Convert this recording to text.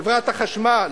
חברת החשמל,